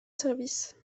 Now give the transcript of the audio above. service